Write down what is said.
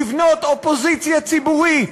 לבנות אופוזיציה ציבורית,